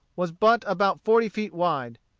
was but about forty feet wide.